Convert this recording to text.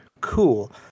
Cool